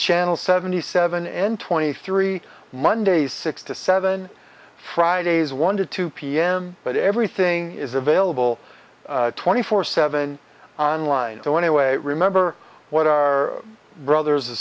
channel seventy seven and twenty three mondays six to seven fridays one to two pm but everything is available twenty four seven on line so anyway remember what our brothers